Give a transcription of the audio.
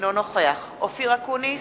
אינו נוכח אופיר אקוניס,